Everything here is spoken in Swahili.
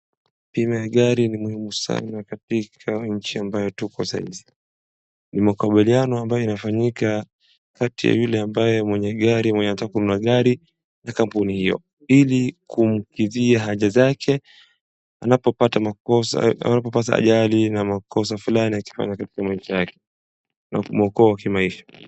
Bima ya gari ni muhimu sana katika nchi ambayo tuko sahizi, ni makubaliano ambayo yanafanyika kati ya yule ambaye mwenye gari mwenye anataka kununua gari na kampuni hiyo ili kumkidhia haja zake anapopata makosa ajali na makosa fulani akipata kwa maisha yake, naukimuokoa kimaisha.